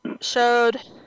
showed